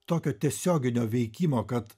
tokio tiesioginio veikimo kad